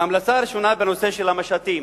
ההמלצה הראשונה, בנושא של המשטים: